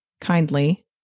kindly